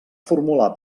formular